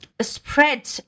spread